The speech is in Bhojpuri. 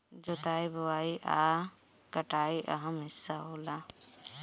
जोताई बोआई आ कटाई अहम् हिस्सा होला